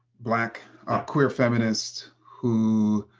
black queer feminists who,